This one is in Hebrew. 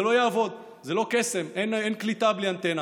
זה לא יעבוד, זה לא קסם, אין קליטה בלי אנטנה.